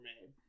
made